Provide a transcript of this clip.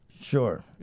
Sure